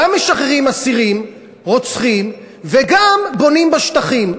גם משחררים אסירים, רוצחים, וגם בונים בשטחים.